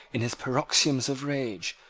in his paroxysms of rage,